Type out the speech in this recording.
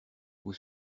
vous